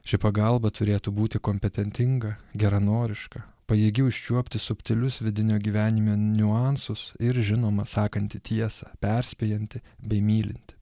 ši pagalba turėtų būti kompetentinga geranoriška pajėgi užčiuopti subtilius vidinio gyvenime niuansus ir žinoma sakanti tiesą perspėjanti bei mylinti